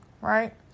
Right